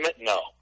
no